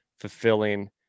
fulfilling